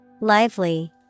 Lively